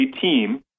team